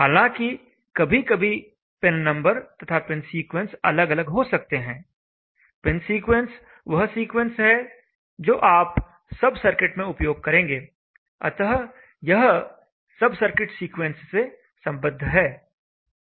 हालांकि कभी कभी पिननंबर तथा पिनसीक्वेंस अलग अलग हो सकते हैं पिनसीक्वेंस वह सीक्वेंस है जो आप सब सर्किट में उपयोग करेंगे अतः यह सब सर्किट सीक्वेंस से सम्बद्ध है